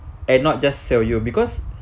and not just sell you because